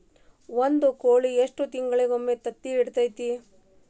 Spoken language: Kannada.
ಒಂದ್ ಕೋಳಿ ಎಷ್ಟ ತಿಂಗಳಿಗೊಮ್ಮೆ ತತ್ತಿ ಇಡತೈತಿ?